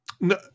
no